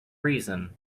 reason